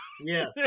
Yes